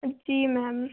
जी ma'am